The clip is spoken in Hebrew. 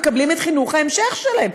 מקבלים את חינוך ההמשך שלהם.